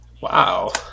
Wow